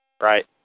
Right